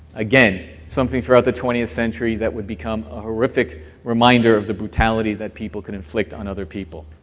again, something throughout the twentieth century that would become a horrific reminder of the brutality that people could inflict on other people.